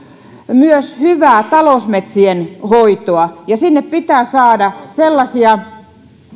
myös hyvää talousmetsien hoitoa sinne pitää saada sellaisia